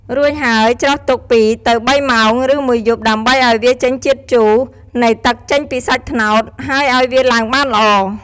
រួចហើយច្រោះទុក ២ ទៅ ៣ម៉ោង ឬមួយយប់ដើម្បីឱ្យវាចេញជាតិជូរ នៃទឹកចេញពីសាច់ត្នោត ហើយឱ្យវាឡើងបានល្អ។